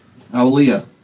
Aulia